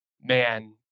man